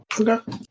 Okay